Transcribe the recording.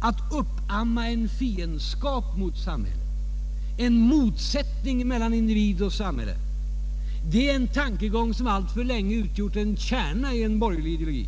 att uppamma en fiendskap mot samhället och en motsättning mellan individ och samhälle. Det är en tankegång som alltför länge har utgjort en kärna i en borgerlig ideologi.